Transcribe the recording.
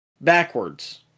backwards